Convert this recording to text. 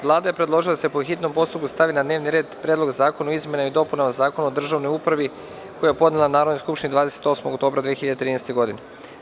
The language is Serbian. Vlada je predložila da se po hitnom postupku stavi na dnevni red Predlog zakona o izmenama i dopunama Zakona o državnoj upravi, koji je podnela Narodnoj skupštini 28. oktobra 2013. godine.